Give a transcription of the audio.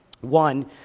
One